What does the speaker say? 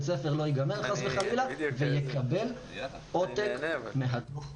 הספר לא יגמר חס וחלילה ויקבל עותק מהדוח המלא.